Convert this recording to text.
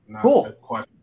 Cool